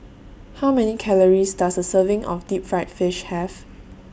How Many Calories Does A Serving of Deep Fried Fish Have